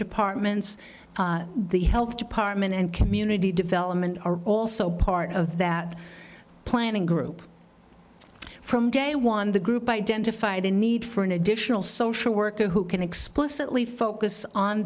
departments the health department and community development are also part of that planning group from day one the group identified a need for an additional social worker who can explicitly focus on